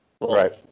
Right